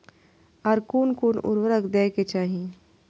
आर कोन कोन उर्वरक दै के चाही?